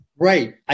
Right